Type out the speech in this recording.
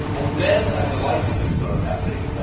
and then ah delightful things started happening.